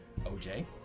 OJ